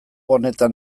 honetan